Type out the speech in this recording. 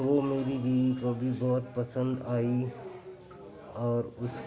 وہ میری بیوی کو بھی بہت پسند آئی اور اُس